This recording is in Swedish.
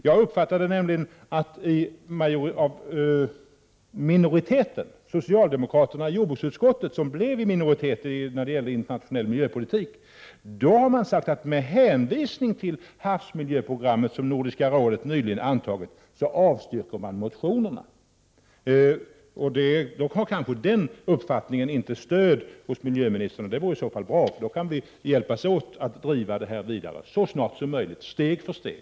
Jag uppfattade nämligen att minoriteten — socialdemokraterna i jordbruksutskottet som blev i minoritet när det gäller internationell miljöpolitik — sade att man med hänvisning till det havsmiljöprogram som Nordiska rådet nyligen antagit avstyrkte motionerna. Då har kanske den uppfattningen inte stöd hos miljöministern. Det vore i så fall bra, och då kan vi hjälpas åt att driva detta arbete vidare så snart som möjligt, steg för steg.